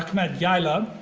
ahmet yayla